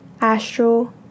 astral